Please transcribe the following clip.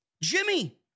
Jimmy